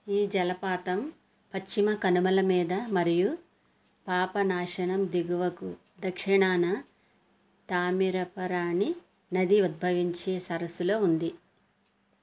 ఈ జలపాతం పశ్చిమ కనుమల మీద మరియు పాపనాశనం దిగువకు దక్షిణాన తామిరపరాణి నది ఉద్భవించే సరస్సులో ఉంది